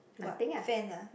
what fan ah